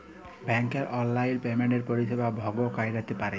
ব্যাংকের অললাইল পেমেল্টের পরিষেবা ভগ ক্যইরতে পারি